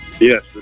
Yes